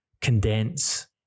condense